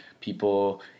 people